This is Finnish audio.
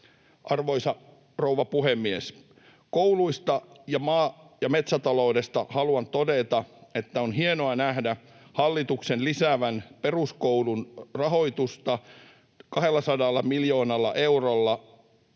Arvoisa rouva puhemies! Kouluista ja maa- ja metsätaloudesta haluan todeta, että on hienoa nähdä hallituksen lisäävän peruskoulun rahoitusta 200 miljoonalla eurolla